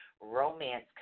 romance